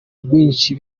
rwinshi